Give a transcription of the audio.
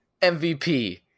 MVP